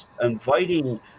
inviting